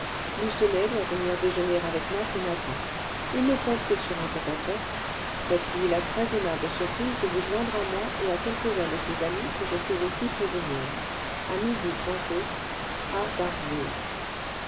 lucenay doit venir déjeuner avec moi ce matin il ne compte que sur un tête-à-tête faites-lui la très-aimable surprise de vous joindre à moi et à quelques-uns de ses amis que je fais aussi prévenir à midi sans faute a